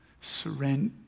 surrender